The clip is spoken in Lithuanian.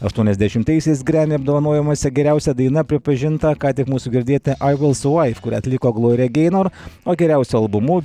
aštuoniasdešimtaisiais gremi apdovanojimuose geriausia daina pripažinta ką tik mūsų girdėti ai vil survaiv kurią atliko glorija geinor o geriausiu albumu